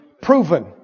proven